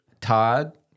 Todd